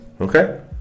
Okay